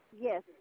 Yes